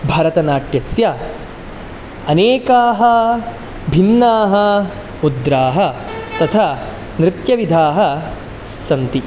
भरतनाट्यस्य अनेकाः भिन्नाः मुद्राः तथा नृत्यविधाः सन्ति